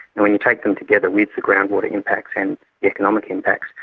and when you take them together with the groundwater impacts and the economic impacts,